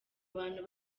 abantu